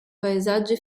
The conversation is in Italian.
paesaggi